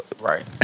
Right